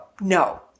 No